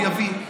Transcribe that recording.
יבין.